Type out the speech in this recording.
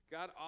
God